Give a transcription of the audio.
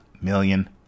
million